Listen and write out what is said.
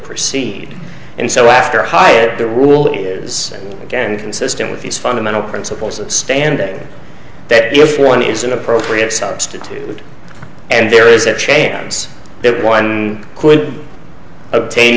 proceed and so after high the rule is again consistent with these fundamental principles that stand that if one is an appropriate substitute and there is a chance that one could obtain